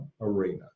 arena